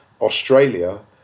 Australia